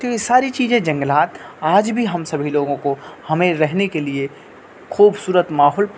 تو یہ ساری چیجیں جنگلات آج بھی ہم سبھی لوگوں کو ہمیں رہنے کے لیے خوبصورت ماحول